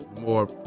More